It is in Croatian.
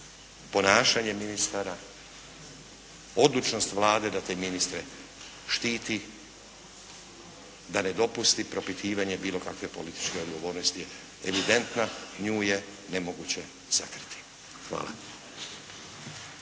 ponašanje ministara, odlučnost Vlade da te ministre štiti, da ne dopusti propitivanje bilo kakve političke odgovornosti, evidentno, nju je nemoguće sakriti. Hvala.